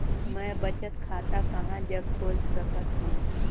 मैं बचत खाता कहां जग खोल सकत हों?